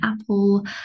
Apple